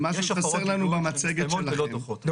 יש הפרות בידוד שמסתיימות ללא דוחות.